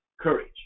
courage